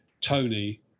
Tony